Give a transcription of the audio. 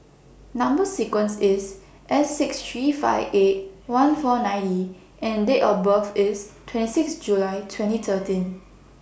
Number sequence IS S six three five eight one four nine E and Date of birth IS twenty six July twenty thirteen